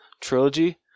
trilogy